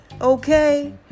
okay